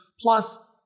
plus